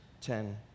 ten